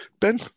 Ben